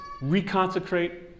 reconsecrate